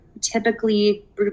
typically